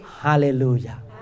Hallelujah